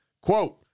Quote